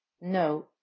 no